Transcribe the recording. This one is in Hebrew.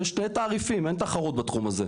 יש שני תעריפים, אין תחרות בתחום הזה.